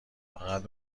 فقط